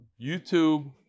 YouTube